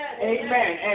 Amen